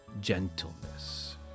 gentleness